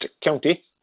county